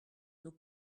nos